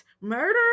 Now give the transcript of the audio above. murder